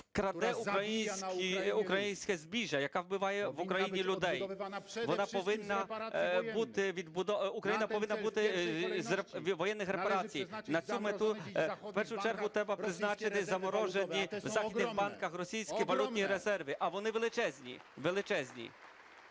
краде українське збіжжя, яка вбиває в Україні людей, Україна повинна бути відбудована з воєнних репарацій. На цю мету в першу чергу треба призначити заморожені в західних банках російські валютні резерви, а вони величезні,